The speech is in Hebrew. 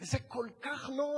זה כל כך נוח.